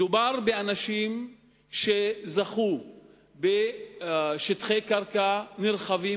מדובר באנשים שזכו בשטחי קרקע נרחבים